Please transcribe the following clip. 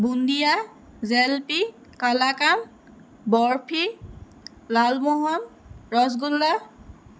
বুন্দিয়া jalebi kalakand barfi lalmohan rasgulla